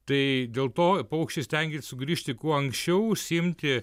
tai dėl to paukščiai stengias sugrįžti kuo anksčiau užsiimti